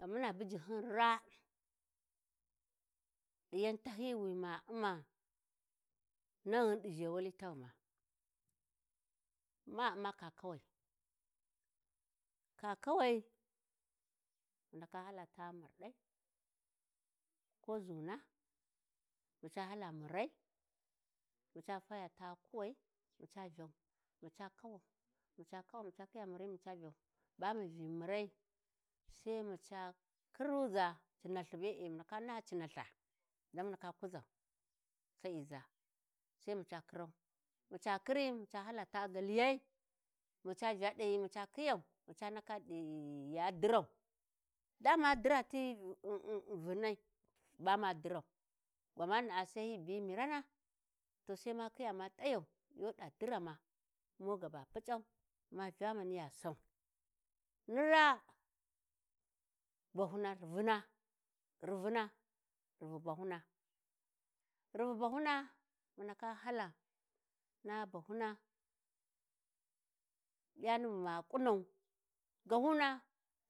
﻿Gyamuna bujihyum raa, ɗi yan tahyiyi wi ma u'ma naghun ɗi zhewali taghuma. Ma u'ma kakawai. Kakawai, mu ndaka hala taa marɗai, ko ʒuna, maca hala murrai, maca faya taa kuwai, maca vyau “maca kawau maca kawa maca khiya taa murri. Maca vyau, Ba mu vyi murai sai maca khuruʒa ci-nalthi be'e mu ndaka naha ci naltha, dan mu ndaka kuʒa Sa'iʒa, sai maca khurau maca khiri, muca hala taa galiyai maca vya ɗahyi maca Khiyau, maca ndaka “ghi yi” ya diran. Da ma dira ti hesitation Vụnai ba ma dirau, gwamana sai hyi biyi mirana to sai ma khiya ma t’ayan, yu ɗa dirama mu gaba puc'au, ma vya maniya sau, Ni raa bahuna,"rivina, rivína rivu baluna, rivu bahuna mu ndaka hala naa bahuna, yani bu ma ƙunau, gahuna